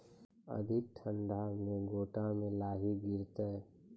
अधिक ठंड मे गोटा मे लाही गिरते?